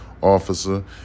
officer